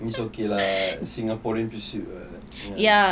means okay lah singaporean pursuit [what]